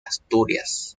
asturias